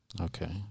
Okay